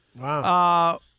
Wow